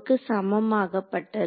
க்கு சமமாக பட்டது